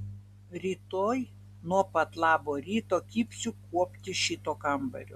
rytoj nuo pat labo ryto kibsiu kuopti šito kambario